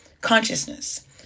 consciousness